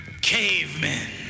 cavemen